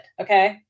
Okay